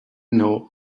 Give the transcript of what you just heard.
know